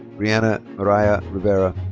brianna miriah rivera.